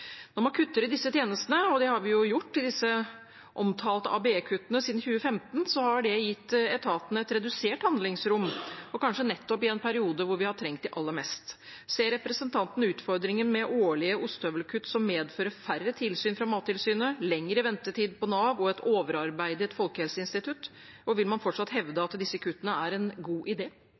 Når man kutter i disse tjenestene, og det har man jo gjort i de omtalte ABE-kuttene siden 2015, har det gitt etatene et redusert handlingsrom, kanskje nettopp i en periode hvor vi har trengt dem aller mest. Ser representanten utfordringen med årlige ostehøvelkutt som medfører færre tilsyn fra Mattilsynet, lengre ventetid på Nav og et overarbeidet Folkehelseinstitutt? Og vil man fortsatt hevde at disse kuttene er en god